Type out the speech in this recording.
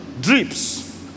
drips